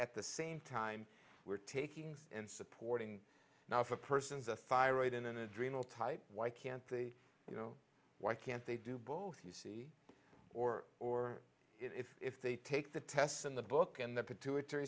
at the same time we're taking and supporting now if a person's a thyroid in an adrenal type why can't they you know why can't they do both you see or or if they take the tests in the book and the pituitary